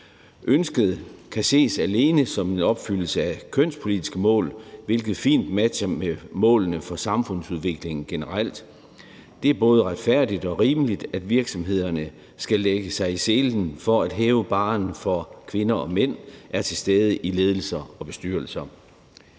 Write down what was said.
Ønsket kan ses alene som en opfyldelse af kønspolitiske mål, hvilket fint matcher målene for samfundsudviklingen generelt. Det er både retfærdigt og rimeligt, at virksomhederne skal lægge sig i selen for at hæve barren for, at både kvinder og mænd er til stede i ledelser og bestyrelser.